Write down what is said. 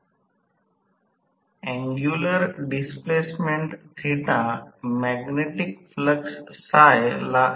तर तीच गोष्ट 1 ω ω S देखील लिहू शकते आणि 2 π ने अंश आणि छेद देखील विभाजित करते